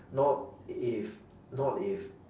not if not if